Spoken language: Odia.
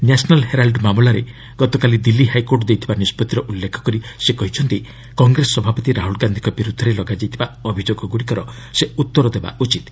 ନ୍ୟାସନାଲ୍ ହେରାଲ୍ଡ ମାମଲାରେ ଗତକାଲି ଦିଲ୍ଲୀ ହାଇକୋର୍ଟ ଦେଇଥିବା ନିଷ୍ପଭିର ଉଲ୍ଲେଖ କରି ସେ କହିଛନ୍ତି କଂଗ୍ରେସ ସଭାପତି ରାହୁଳ ଗାନ୍ଧିଙ୍କ ବିରୁଦ୍ଧରେ ଲଗାଯାଇଥିବା ଅଭିଯୋଗଗୁଡ଼ିକର ସେ ଉତ୍ତର ଦେବା ଉଚିତ୍